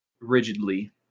rigidly